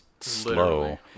slow